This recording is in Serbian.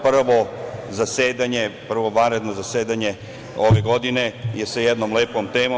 Prvo zasedanje, prvo vanredno zasedanje ove godine je sa jednom lepom temom.